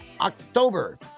October